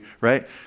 right